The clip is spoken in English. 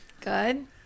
Good